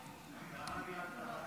דילגת עלי.